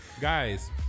Guys